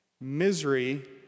Misery